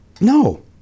No